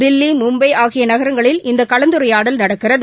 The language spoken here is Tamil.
தில்லி மும்பைஆகியநகரங்களில் இந்தகலந்துரையாடல் நடக்கிறது